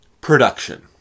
Production